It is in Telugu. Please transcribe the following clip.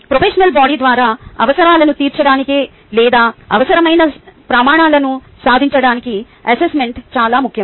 ప్రొఫెషనల్ బాడీ ద్వారా అవసరాలను తీర్చడానికి లేదా అవసరమైన ప్రమాణాలను సాధించడానికి అసెస్మెంట్ చాలా ముఖ్యం